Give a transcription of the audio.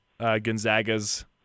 Gonzaga's